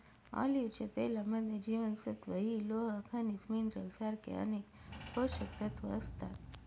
ऑलिव्हच्या तेलामध्ये जीवनसत्व इ, लोह, खनिज मिनरल सारखे अनेक पोषकतत्व असतात